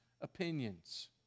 opinions